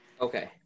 Okay